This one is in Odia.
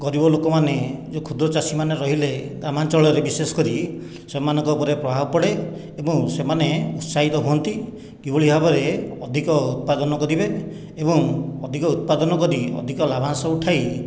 ଗରିବ ଲୋକମାନେ ଯେଉଁ କ୍ଷୁଦ୍ର ଚାଷୀମାନେ ରହିଲେ ଗ୍ରାମାଞ୍ଚଳରେ ବିଶେଷ କରି ସେମାନଙ୍କ ଉପରେ ପ୍ରଭାବ ପଡ଼େ ଏବଂ ସେମାନେ ଉତ୍ସାହିତ ହୁଅନ୍ତି କିଭଳି ଭାବରେ ଅଧିକ ଉତ୍ପାଦନ କରିବେ ଏବଂ ଅଧିକ ଉତ୍ପାଦନ କରି ଅଧିକ ଲାଭାଂଶ ଉଠାଇ